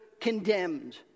condemned